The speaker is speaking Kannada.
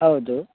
ಹೌದು